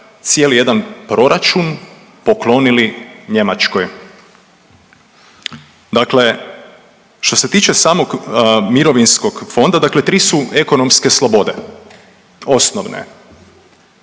cijeli jedan proračuna poklonili Njemačkoj. Dakle što se tiče samog mirovinskog fonda, dakle 3 su ekonomske slobode osnovne.